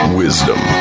wisdom